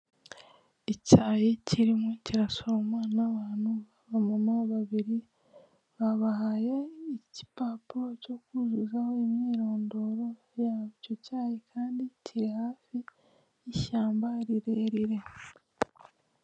Icyayi kirimo kirasoromwa n'abantu b'abamama babiri, babahaye igipapuro cyo kuzuzaho imyirondoro y'abo, icyo cyayi kandi kiri hafi y'ishyamba rirerire.